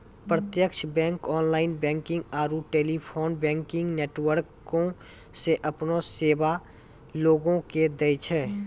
प्रत्यक्ष bank online banking आरू telephone banking नेटवर्को से अपनो सेबा लोगो के दै छै